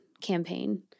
campaign